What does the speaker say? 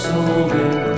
Solving